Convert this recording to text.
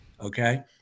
Okay